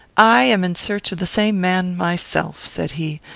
i am in search of the same man myself, said he,